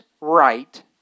right